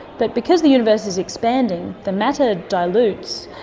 but because the universe is expanding, the matter dilutes,